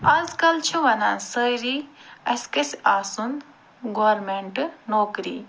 آز کل چھِ وَنان سٲری اسہِ گَژھہِ آسُن گورمیٚنٛٹہٕ نوکری